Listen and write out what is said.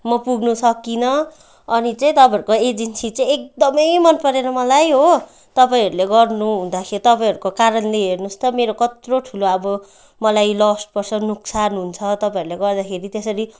म पुग्नु सकिनँ अनि चाहिँ तपाईँहरूको एजेन्सी चाहिँ एकदमै मन परेन मलाई हो तपाईहँरूले गर्नुहुदाँ तपाईँहरूको कारणले हेर्नुहोस् त मेरो कत्रो ठुलो अब मलाई लस्ट पर्छ नोक्सान हुन्छ तपाईँहरूले गर्दाखेरि त्यसरी